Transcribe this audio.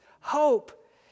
hope